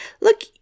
look